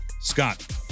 Scott